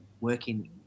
working